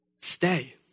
Stay